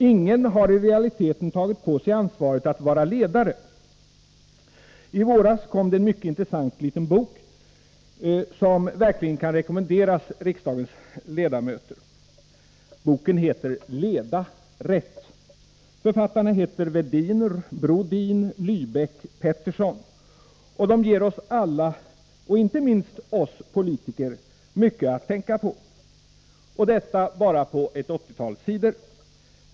Ingen har i realiteten tagit på sig ansvaret att vara ledare. I våras kom det en mycket intressant liten bok, som verkligen kan rekommenderas riksdagens ledamöter. Boken heter Leda rätt. Författarna — Vedin-Brodin-Liäbeck-Pettersson — ger oss alla, inte minst oss politiker, mycket att tänka på, och detta bara på ett 80-tal sidor.